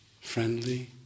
friendly